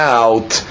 out